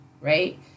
right